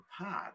apart